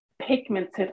pigmented